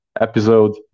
episode